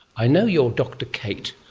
i know you are dr kate.